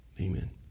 Amen